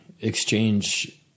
exchange